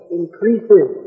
increases